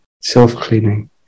self-cleaning